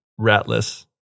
ratless